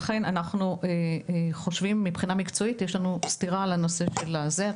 לכן מבחינה מקצועית אנחנו חושבים בסתירה לאמירה בדוח.